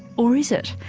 or is it?